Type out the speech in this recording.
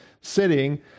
sitting